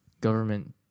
government